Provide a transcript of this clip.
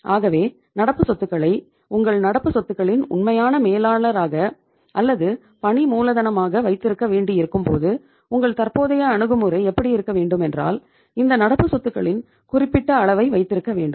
ஆகவே நடப்பு சொத்துக்களை உங்கள் நடப்பு சொத்துக்களின் உண்மையான மேலாளராக அல்லது பணி மூலதனமாக வைத்திருக்க வேண்டியிருக்கும் போது உங்கள் தற்போதைய அணுகுமுறை எப்படி இருக்க வேண்டும் என்றால் இந்த நடப்பு சொத்துகளின் குறிப்பிட்ட அளவை வைத்திருக்க வேண்டும்